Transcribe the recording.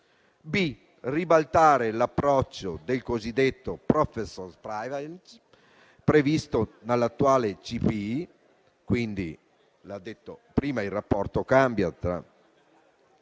di ribaltare l'approccio del cosiddetto *professor's privilege*, previsto nell'attuale CPI - quindi, come detto, il rapporto cambia -